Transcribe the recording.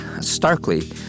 starkly